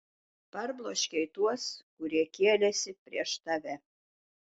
parbloškei tuos kurie kėlėsi prieš tave